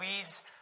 weeds